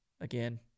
again